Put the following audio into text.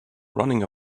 running